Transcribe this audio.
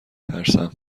ترسم